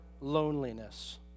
loneliness